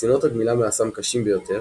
ניסיונות הגמילה מהסם קשים ביותר,